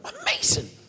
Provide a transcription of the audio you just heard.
Amazing